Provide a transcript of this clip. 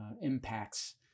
impacts